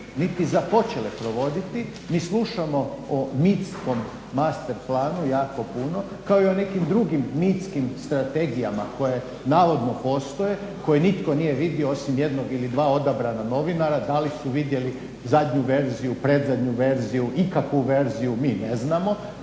niti započele provoditi. Mi slušamo o mitskom master planu jako puno kao i o nekim drugim mitskim strategijama koje navodno postoje, koje nitko nije vidio osim jednog ili dva odabrana novinara, da li su vidjeli zadnju verziju, predzadnju verziju, ikakvu verziju, mi ne znamo,